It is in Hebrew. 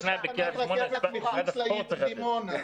יש תחנת רכבת ממחוץ לעיר דימונה,